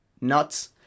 nuts